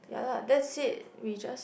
ya that's it we just